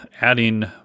adding